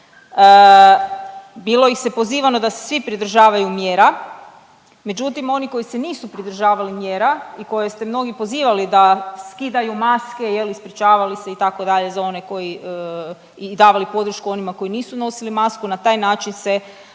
Bilo ih se pozivano da se svi pridržavaju mjera, međutim oni koji se nisu pridržavali mjera i koje ste mnogi pozivali da skidaju maske, je li ispričavali se itd. za one koji i davali podršku onima koji nisu nosili masku. Na taj način se